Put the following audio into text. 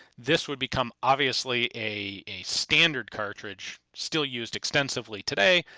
this would become obviously a standard cartridge, still used extensively today.